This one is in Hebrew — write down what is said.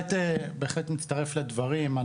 בהחלט מצטרף לדברים.